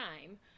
time